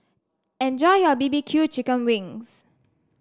enjoy your B B Q Chicken Wings